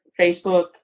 Facebook